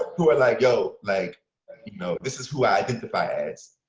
who are like, yo. like you know this is who i identify as.